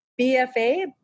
BFA